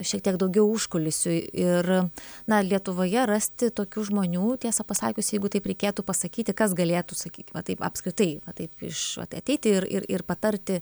šiek tiek daugiau užkulisių ir na lietuvoje rasti tokių žmonių tiesą pasakius jeigu taip reikėtų pasakyti kas galėtų sakyki va taip apskritai va taip iš vat ateiti ir ir patarti